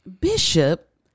Bishop